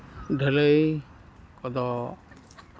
ᱰᱷᱟᱹᱞᱟᱹᱭ ᱠᱚᱫᱚ